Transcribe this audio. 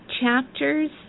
chapters